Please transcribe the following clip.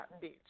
Beach